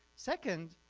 second,